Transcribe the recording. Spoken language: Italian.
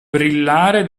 brillare